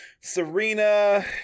Serena